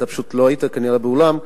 פשוט כנראה לא היית באולם,